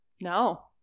No